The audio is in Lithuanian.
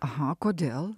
aha kodėl